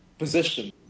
position